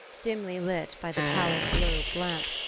dimly lit by the pallid-globed lamp,